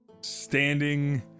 standing